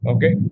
Okay